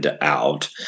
out